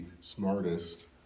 smartest